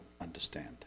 understand